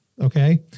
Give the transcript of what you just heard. Okay